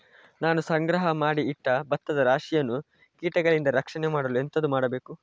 ನಾನು ಸಂಗ್ರಹ ಮಾಡಿ ಇಟ್ಟ ಭತ್ತದ ರಾಶಿಯನ್ನು ಕೀಟಗಳಿಂದ ರಕ್ಷಣೆ ಮಾಡಲು ಎಂತದು ಮಾಡಬೇಕು?